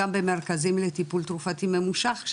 גם באותם מרכזים לטיפול תרופתי ממושך,